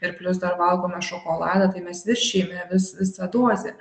ir plius dar valgome šokoladą tai mes viršijame vis visą dozę